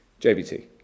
JBT